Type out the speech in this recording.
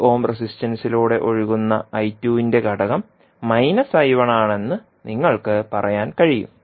2 ohm റെസിസ്റ്റൻസിലൂടെ ഒഴുകുന്ന ന്റെ ഘടകം ആണെന്ന് നിങ്ങൾക്ക് പറയാൻ കഴിയും